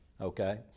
Okay